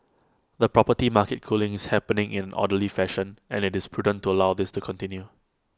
the property market cooling is happening in orderly fashion and IT is prudent to allow this to continue